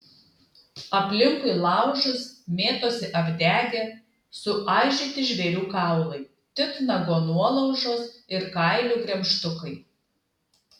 aplinkui laužus mėtosi apdegę suaižyti žvėrių kaulai titnago nuolaužos ir kailių gremžtukai